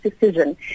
decision